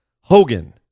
Hogan